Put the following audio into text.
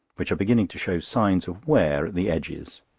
which are beginning to show signs of wear at the edges.